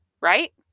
right